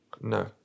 No